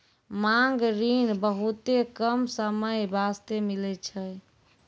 मांग ऋण बहुते कम समय बास्ते मिलै छै